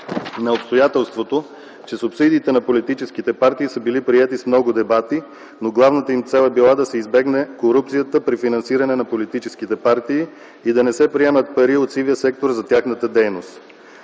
на обстоятелството, че субсидиите на политическите партии са били приети с много дебати, но главната им цел е била да се избегне корупцията при финансирането на политическите партии и да не се приемат пари от сивия сектор за тяхната дейност.